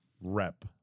rep